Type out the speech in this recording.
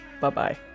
bye-bye